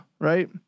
right